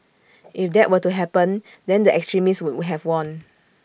if that were to happen then the extremists would have won